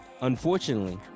unfortunately